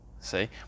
See